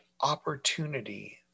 opportunity